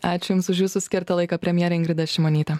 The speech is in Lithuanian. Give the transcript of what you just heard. ačiū jums už jūsų skirtą laiką premjerė ingrida šimonytė